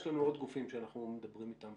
יש לנו עוד גופים שאנחנו מדברים איתם.